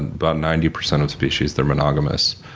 about ninety percent of species, they're monogamous,